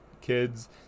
kids